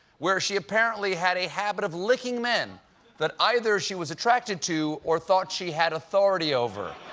where she apparently had a habit of licking men that either she was attracted to or thought she had authority over,